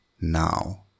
now